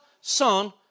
Son